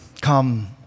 come